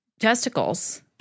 testicles